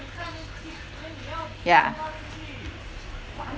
yeah